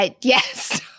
Yes